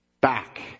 back